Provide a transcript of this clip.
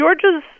Georgia's